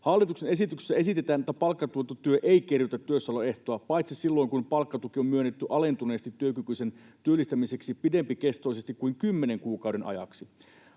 ”Hallituksen esityksessä esitetään, että palkkatuettu työ ei kerrytä työssäoloehtoa, paitsi silloin kun palkkatuki on myönnetty alentuneesti työkykyisen työllistämiseksi pidempikestoisesti kuin kymmenen kuukauden ajaksi.